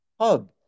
hub